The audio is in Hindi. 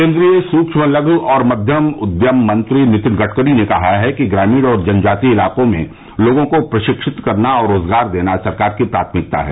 केन्द्रीय सूक्ष्म लघ् और मध्यम उद्यम मंत्री नितिन गडकरी ने कहा कि ग्रामीण और जनजातीय इलाकों में लोगों को प्रशिक्षित करना और रोजगार देना सरकार की प्राथमिकता है